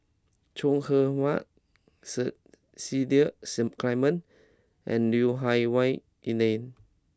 Chong Heman Cecil Clementi and Lui Hah Wah Elena